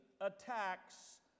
attacks